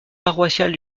paroissiale